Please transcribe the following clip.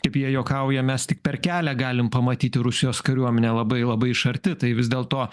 kaip jie juokauja mes tik per kelią galim pamatyti rusijos kariuomenę labai labai iš arti tai vis dėlto